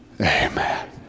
Amen